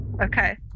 Okay